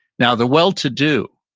now the well to do,